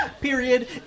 period